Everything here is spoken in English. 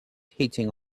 heating